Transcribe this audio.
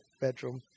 bedroom